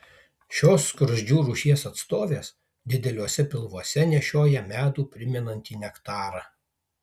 šios skruzdžių rūšies atstovės dideliuose pilvuose nešioja medų primenantį nektarą